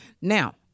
Now